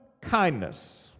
kindness